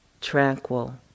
tranquil